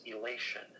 elation